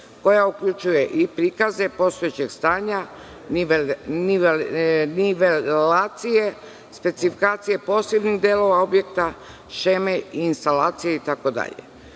koja uključuje i prikaze postojećeg stanja, nivelacije, specifikacije posebnih delova objekta, šeme, instalacije itd. Od